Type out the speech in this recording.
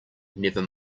never